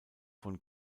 von